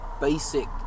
basic